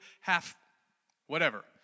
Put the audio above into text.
half-whatever